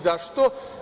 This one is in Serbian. Zašto?